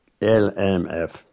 LMF